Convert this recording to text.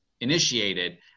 initiated